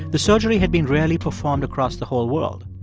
the surgery had been rarely performed across the whole world.